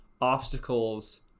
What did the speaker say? obstacles